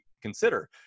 consider